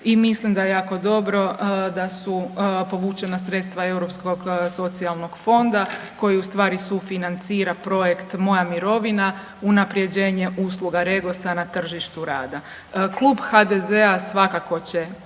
i mislim da je jako dobro da su povučena sredstva Europskog socijalnog fonda koji ustvari sufinancira projekt Moja mirovina, unaprjeđenje usluga REGOS-a na tržištu rada. Klub HDZ-a svakako će